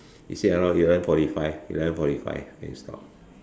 she said around eleven forty five eleven forty five then you stop